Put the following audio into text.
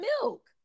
milk